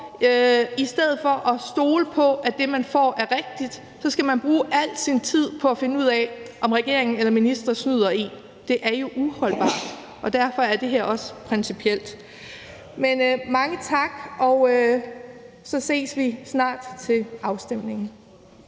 I stedet for at stole på, at det, man får, er rigtigt, så skal man bruge al sin tid på at finde ud af, om regeringen eller ministre snyder en. Det er jo uholdbart, og derfor er det her også principielt. Men mange tak, og så ses vi snart til afstemningen.